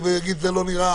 והוא יגיד: זה לא נראה.